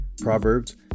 Proverbs